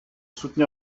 soutenir